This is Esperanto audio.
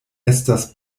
estas